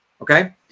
okay